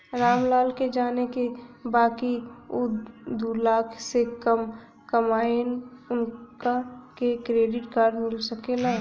राम लाल के जाने के बा की ऊ दूलाख से कम कमायेन उनका के क्रेडिट कार्ड मिल सके ला?